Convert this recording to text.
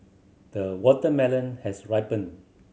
the watermelon has ripened